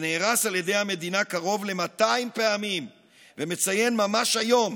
שנהרס על ידי המדינה קרוב ל-200 פעמים ומציין ממש היום